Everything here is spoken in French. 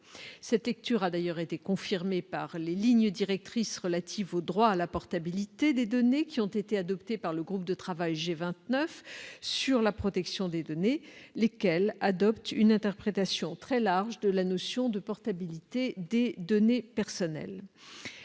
Cette lecture a d'ailleurs été confirmée par les lignes directrices relatives au droit à la portabilité des données qui ont été adoptées par le groupe de travail « G 29 » sur la protection des données, lesquelles adoptent une interprétation très large de la notion de portabilité des données personnelles.